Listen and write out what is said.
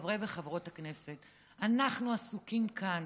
חברי וחברות הכנסת: אנחנו עסוקים כאן